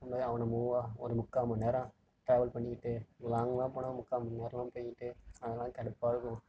move ஆக ஒரு முக்கால் மணி நேரம் டிராவல் பண்ணிட்டு லாங்கெலாம் போனால் முக்கால் மணி நேரமெலாம் போயிட்டு அதலாம் கடுப்பாக இருக்கும்